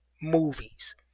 movies